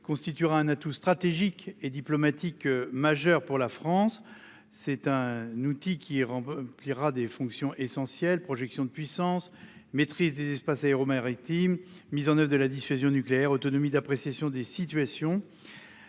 constituera un atout stratégique et diplomatique majeur pour la France. C'est un outil qui. Pliera des fonctions essentielles, projection de puissance maîtrise des espaces aéro-maritime, mise en oeuvre de la dissuasion nucléaire autonomie d'appréciation des situations.